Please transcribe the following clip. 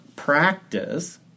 practice